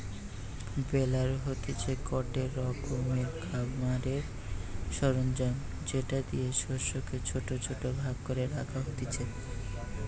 বেলার হতিছে গটে রকমের খামারের সরঞ্জাম যেটা দিয়ে শস্যকে ছোট ছোট ভাগ করে রাখা হতিছে